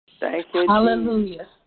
Hallelujah